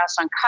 on